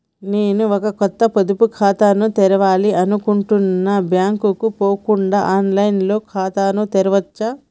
నేను ఒక కొత్త పొదుపు ఖాతాను తెరవాలని అనుకుంటున్నా బ్యాంక్ కు పోకుండా ఆన్ లైన్ లో ఖాతాను తెరవవచ్చా?